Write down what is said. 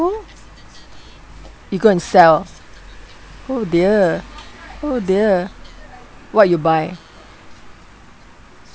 oh you go and sell oh dear oh dear what you buy